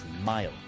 mile